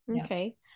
okay